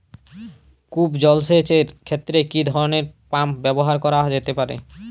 কূপ জলসেচ এর ক্ষেত্রে কি ধরনের পাম্প ব্যবহার করা যেতে পারে?